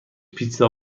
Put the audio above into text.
پیتزا